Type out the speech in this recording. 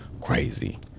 crazy